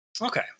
Okay